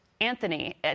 Anthony